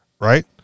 right